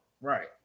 Right